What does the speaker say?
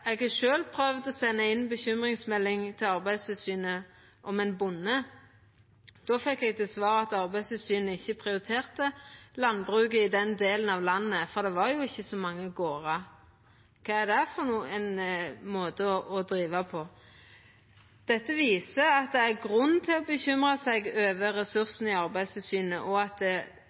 Eg har sjølv prøvd å senda inn bekymringsmelding til Arbeidstilsynet om ein bonde. Då fekk eg til svar at Arbeidstilsynet ikkje prioriterte landbruket i den delen av landet, for det var jo ikkje så mange gardar. Kva er det for ein måte å driva på? Dette viser at det er grunn til å bekymra seg over ressursane i Arbeidstilsynet når dei vert pålagde desse ABE-kutta. Det